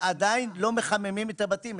עדיין יש כאלה שלא מחממים את הבתים.